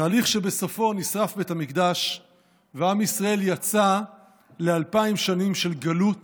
תהליך שבסופו נשרף בית המקדש ועם ישראל יצא לאלפיים שנים של גלות